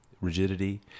rigidity